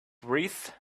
wreath